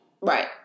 Right